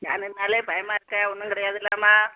ஸ்கேனுனாலே பயமாக இருக்கே ஒன்றும் கிடையாதுலம்மா